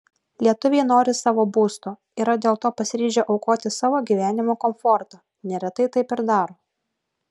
lietuviai nori savo būsto yra dėl to pasiryžę aukoti savo gyvenimo komfortą neretai taip ir daro